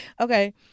Okay